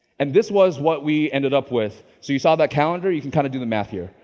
and this was what we ended up with. so you saw that calendar, you can kind of do the math here,